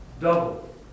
double